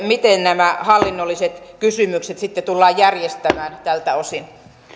miten nämä hallinnolliset kysymykset sitten tullaan järjestämään tältä osin